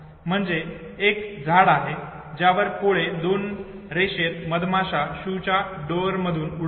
म्हणून एक झाड आहे ज्यावर पोळ्यातून दोन रेषेत मधमाश्या शू च्या डोरमधून उडत आहेत